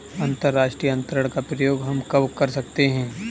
अंतर्राष्ट्रीय अंतरण का प्रयोग हम कब कर सकते हैं?